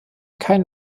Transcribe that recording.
kein